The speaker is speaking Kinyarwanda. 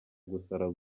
gusara